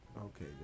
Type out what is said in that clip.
Okay